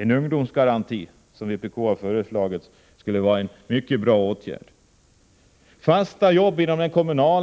En ungdomsgaranti, som vpk har föreslagit, skulle vara en mycket bra åtgärd. Fasta jobb inom kommuner och